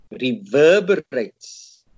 reverberates